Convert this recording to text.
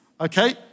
okay